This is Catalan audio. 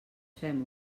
fem